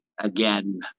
Again